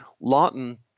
Lawton –